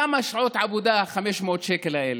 כמה שעות עבודה זה 500 השקלים האלה?